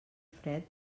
fred